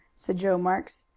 said joe marks.